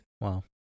Wow